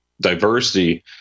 diversity